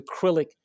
acrylic